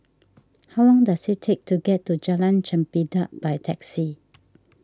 how long does it take to get to Jalan Chempedak by taxi